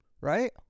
right